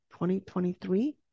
2023